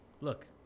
look